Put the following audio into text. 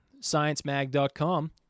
sciencemag.com